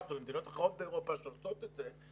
או למדינות אחרות באירופה שעושות את זה.